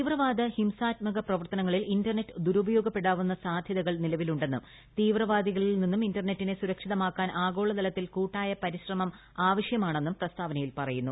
തീവ്രവാദ ഹിംസാത്മക പ്രവർത്തനങ്ങളിൽ ഇന്റർനെറ്റ് ദുരുപയോഗിക്കപ്പെടാവുന്ന സാധ്യതകൾ നിലവിലുണ്ടെന്നും തീവ്രവാദികളിൽ നിന്നും ഇന്റർനെറ്റിനെ സുരക്ഷിതമാക്കാൻ ആഗോളതലത്തിൽ കൂട്ടായ പരിശ്രമം ആവശ്യമാണെന്നും പ്രസ്താവനയിൽ പറയുന്നു